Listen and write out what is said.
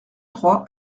trois